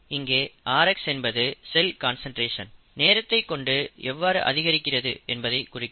இங்கே rx என்பது cell concentration நேரத்தைக் கொண்டு எவ்வாறு அதிகரிக்கிறது என்பதைக் குறிக்கும்